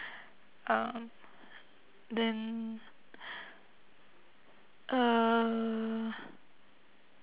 uh then uh